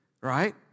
right